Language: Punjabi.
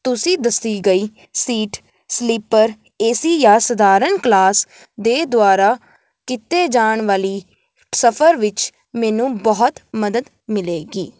ਤੁਸੀਂ ਦੱਸੀ ਗਈ ਸੀਟ ਸਲੀਪਰ ਏ ਸੀ ਜਾਂ ਸਧਾਰਨ ਕਲਾਸ ਦੇ ਦੁਆਰਾ ਕੀਤੇ ਜਾਣ ਵਾਲੀ ਸਫ਼ਰ ਵਿੱਚ ਮੈਨੂੰ ਬਹੁਤ ਮਦਦ ਮਿਲੇਗੀ